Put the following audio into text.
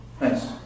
Nice